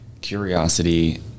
curiosity